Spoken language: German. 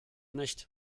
nicht